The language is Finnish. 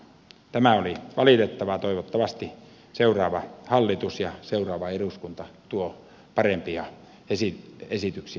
tämä oli valitettavaa toivottavasti seuraava hallitus ja seuraava eduskunta tuovat parempia esityksiä eduskuntaan